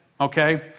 okay